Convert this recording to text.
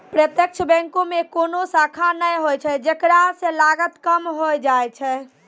प्रत्यक्ष बैंको मे कोनो शाखा नै होय छै जेकरा से लागत कम होय जाय छै